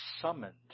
summoned